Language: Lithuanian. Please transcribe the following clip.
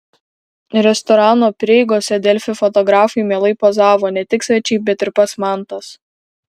restorano prieigose delfi fotografui mielai pozavo ne tik svečiai bet ir pats mantas